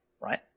right